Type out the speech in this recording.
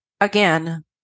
again